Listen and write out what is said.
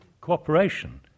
cooperation